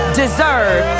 deserve